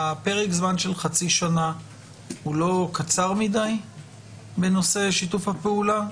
פרק הזמן של חצי שנה הוא לא קצר מדיי בנושא שיתוף הפעולה?